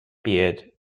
beard